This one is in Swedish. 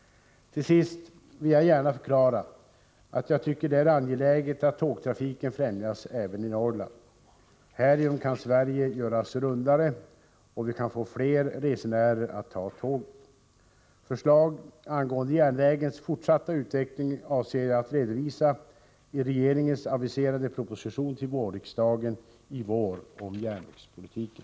Till sist vill jag gärna förklara att jag tycker det är angeläget att tågtrafiken främjas även i Norrland. Härigenom kan Sverige göras ”rundare” och vi kan få fler resenärer att ta tåget. Förslag angående järnvägens fortsatta utveckling avser jag att redovisa i regeringens aviserade proposition till riksdagen i vår om järnvägspolitiken.